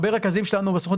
הרבה רכזים שלנו בסוכנות,